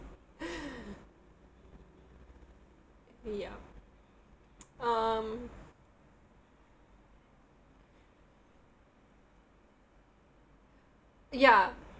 yup um ya